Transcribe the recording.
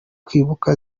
kwibuka